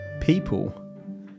people